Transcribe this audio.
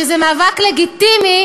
שזה מאבק לגיטימי,